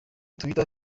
twitter